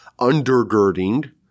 undergirding